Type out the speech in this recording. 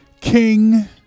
king